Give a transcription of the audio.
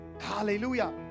Hallelujah